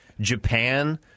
Japan